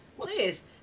please